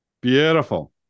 Beautiful